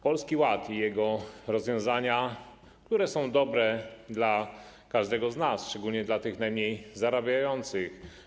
Polski Ład i jego rozwiązania są dobre dla każdego z nas, szczególnie dla tych najmniej zarabiających.